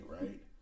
right